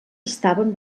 estaven